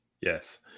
Yes